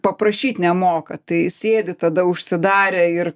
paprašyt nemoka tai sėdi tada užsidarę ir